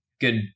good